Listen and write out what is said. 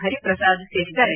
ಹರಿಪ್ರಸಾದ್ ಸೇರಿದ್ದಾರೆ